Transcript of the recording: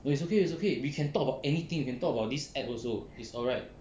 well it's okay it's okay we can talk about anything you can talk about this app also it's alright